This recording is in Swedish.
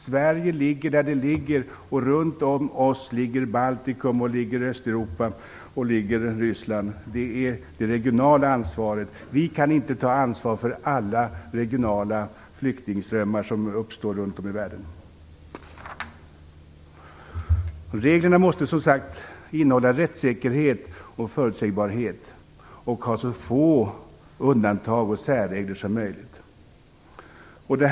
Sverige ligger där det ligger, och runt om oss ligger Baltikum, Östeuropa och Ryssland. Det handlar om ett regionalt ansvar. Vi kan inte ta ansvar för alla regionala flyktingströmmar som uppstår runt om i världen. Reglerna måste som sagt innehålla rättssäkerhet och förutsägbarhet och skall ha så få undantag och särregler som möjligt.